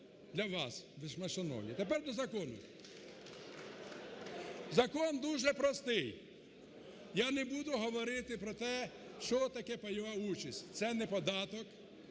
для вас, вельмишановні. Тепер до закону. Закон дуже простий. Я не буду говорити про те, що таке пайова участь. Це не податок,